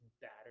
batter